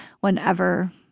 whenever